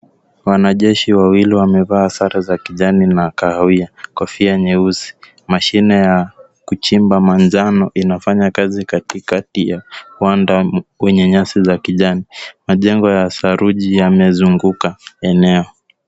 Wanajeshi wawili wamevaa sare za kijani na kahawia. Kofia nyeusi, mashine ya kuchimba manjano inafanya kazi katikati ya uwanda wenye nyasi za kijani. Majengo ya saruji yamezunguka eneo.